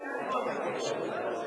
בממשלה הקודמת,